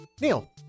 Neil